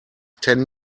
ten